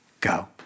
go